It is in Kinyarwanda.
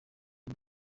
nke